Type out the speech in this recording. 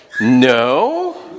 no